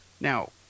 Now